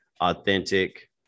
Authentic